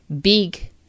big